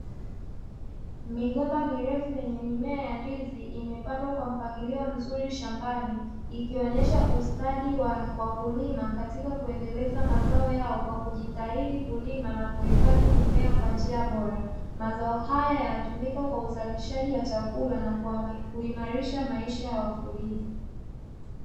Migomba mirefu yenye mimea ya ndizi imepandwa kwa mpangilio mzuri shambani ikionesha ustadi wa wakulima katika kuendeleza mazao yao kwa kujitahidi kulima nakuhifadhi mimea kwa njia bora. mazao haya yanatumika kwa uzalishaji wa chakula na kuimarisha maisha ya wakulima.